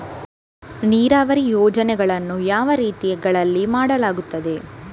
ನೀರಾವರಿ ಯೋಜನೆಗಳನ್ನು ಯಾವ ರೀತಿಗಳಲ್ಲಿ ಮಾಡಲಾಗುತ್ತದೆ?